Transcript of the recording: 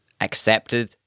accepted